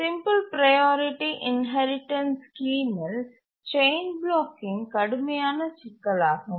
simple priority inheritance ஸ்கீமில் chain blocking கடுமையான சிக்கலாகும்